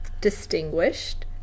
distinguished